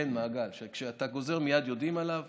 כן, מעגל, וכשאתה גוזר מייד יודעים עליו.